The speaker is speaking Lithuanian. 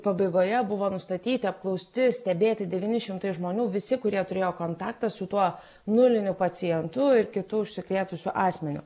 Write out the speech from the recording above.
pabaigoje buvo nustatyti apklausti stebėti devyni šimtai žmonių visi kurie turėjo kontaktą su tuo nuliniu pacientu ir kitu užsikrėtusiu asmeniu